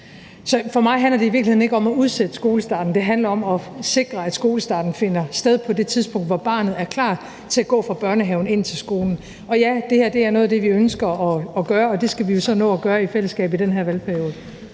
virkeligheden ikke om at udsætte skolestarten – det handler om at sikre, at skolestarten finder sted på det tidspunkt, hvor barnet er klar til at gå fra børnehave til skole. Og ja, det her er noget af det, vi ønsker at gøre, og det skal vi jo så nå at gøre i fællesskab i den her valgperiode.